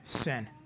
sin